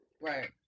Right